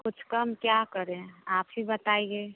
कुछ कम क्या करें आप ही बताइए